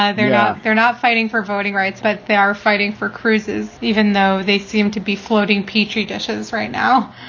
ah they're not they're not fighting for voting rights, but they are fighting for cruises, even though they seem to be floating petri dishes right now